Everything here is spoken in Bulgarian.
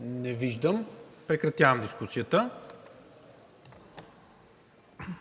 Не виждам. Прекратявам дискусията.